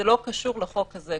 זה לא קשור לחוק הזה.